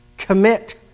Commit